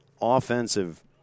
offensive